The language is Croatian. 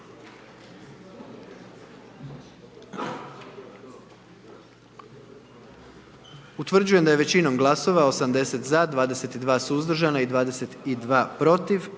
Utvrđujem da je većinom glasova 81 za i 19 glasova protiv